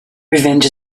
revenge